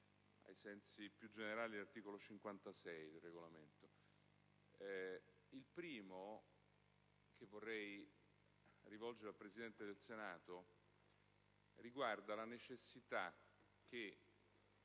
Il primo richiamo che rivolgo al Presidente del Senato riguarda la necessità che